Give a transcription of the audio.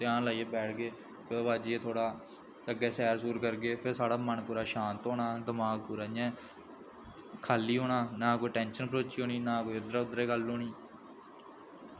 ध्यान लाइयै बैठगे फिर ओह्दे बाद जेहे थोह्ड़ा अग्गें सैर सूर करगे फिर साढ़ा मन पूरा शांत होना पूरा दमाक इ'यां खा'ल्ली होना ना कोई टेंशन भरोची होनी ना कोई इद्धर उद्धर दी गल्ल होनी